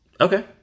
Okay